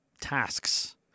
tasks